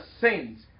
saints